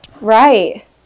Right